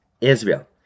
Israel